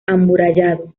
amurallado